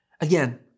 Again